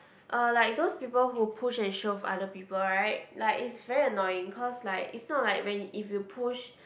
uh like those people who push and shove other people right like it's very annoying cause like is not like when if you push